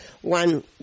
one